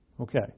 Okay